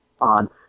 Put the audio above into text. on